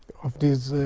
of this